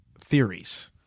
theories